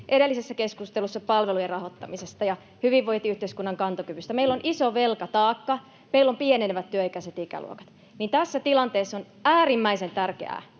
edellisessä keskustelussa palvelujen rahoittamisesta ja hyvinvointiyhteiskunnan kantokyvystä, kun meillä on iso velkataakka ja meillä on pienenevät työikäiset ikäluokat. Tässä tilanteessa on äärimmäisen tärkeää,